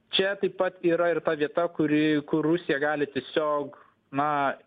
čia taip pat yra ir ta vieta kuri kur rusija gali tiesiog na